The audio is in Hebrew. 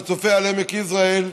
שצופה על עמק יזרעאל,